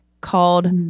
called